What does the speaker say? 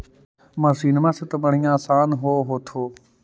मसिनमा से तो बढ़िया आसन हो होतो?